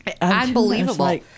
Unbelievable